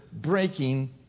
breaking